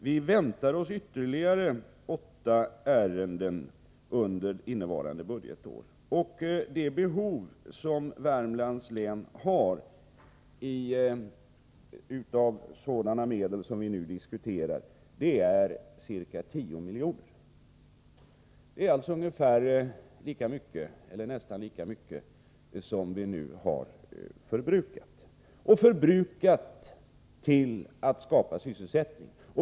Vi väntar oss ytterligare åtta ärenden under innevarande budgetår, och Värmlands läns behov av sådana medel som vi nu diskuterar är ca 10 miljoner, dvs. nästan lika mycket som vi nu har förbrukat — förbrukat till att skapa sysselsättning.